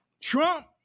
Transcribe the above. Trump